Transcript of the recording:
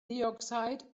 dioxide